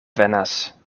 venas